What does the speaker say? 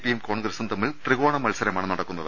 പിയും കോൺഗ്രസും തമ്മിൽ ത്രികോണ മത്സരമാണ് നടക്കുന്നത്